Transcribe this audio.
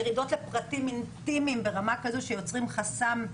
יורדים לפרטים אינטימיים ברמה שמביאה ליצירת חסם.